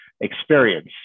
experience